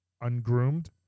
ungroomed